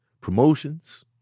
promotions